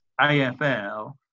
AFL